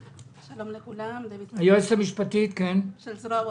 שלום לכולם, אני היועצת המשפטית של משרד העבודה.